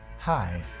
Hi